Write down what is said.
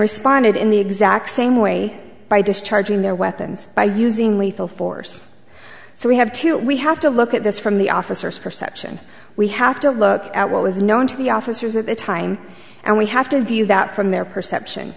responded in the exact same way by discharging their weapons by using lethal force so we have to we have to look at this from the officers perception we have to look at what was known to the officers at the time and we have to view that from their perception